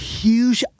huge